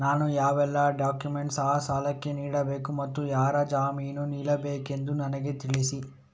ನಾನು ಯಾವೆಲ್ಲ ಡಾಕ್ಯುಮೆಂಟ್ ಆ ಸಾಲಕ್ಕೆ ನೀಡಬೇಕು ಮತ್ತು ಯಾರು ಜಾಮೀನು ನಿಲ್ಲಬೇಕೆಂದು ನನಗೆ ತಿಳಿಸಿ?